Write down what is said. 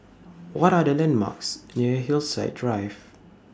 What Are The landmarks near Hillside Drive